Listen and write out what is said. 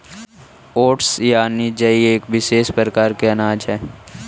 oats यानि जई एक विशेष प्रकार के अनाज हइ